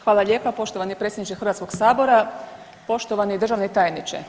Hvala lijepa poštovani predsjedniče Hrvatskog sabora, poštovani državni tajniče.